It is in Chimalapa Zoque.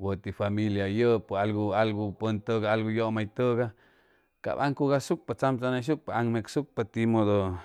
wʉti familia hʉyʉpʉ algu algu pʉn tʉgay algu yʉmay tʉgay cap aŋcugasucpa tzamtzamnayshucpa aŋmecsucpa timʉdʉ